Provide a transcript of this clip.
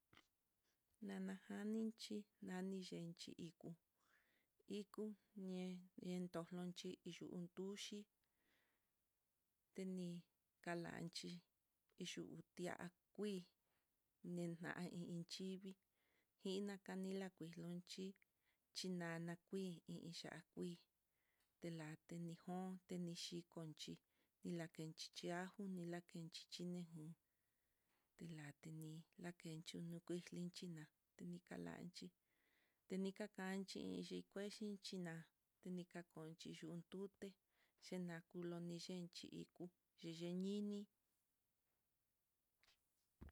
Nana janninchí naniyenxhi iku, iku ñen ñentulonchí, hí yuu tuxhi teni kalanchí, yuu ti'a kuii ninan i iinxhívi iná kanila kuilonchi xhinana kuii, i hí yaguii late nijonte nixhikonxi, nilakenxhi ajo nilakenxhi xhinejón telani nakenxhi luyuix lukuixluku nukuix linchí na'a tenikalanchí, nikakanxhi tikuexhichi na'a tiya'a konchí yuntuté chila kuyuni yenxhi xhi iko xhiyenini.